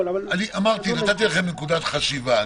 נתתי לכם נקודת חשיבה,